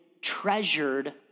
treasured